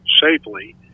safely